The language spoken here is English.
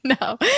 No